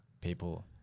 people